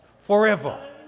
forever